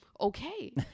okay